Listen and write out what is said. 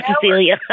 Cecilia